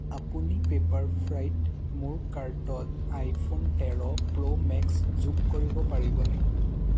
আপুনি পেপাৰফ্ৰাইত মোৰ কাৰ্টত আইফোন তেৰ প্ৰ'মেক্স যোগ কৰিব পাৰিবনে